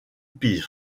pearl